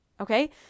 Okay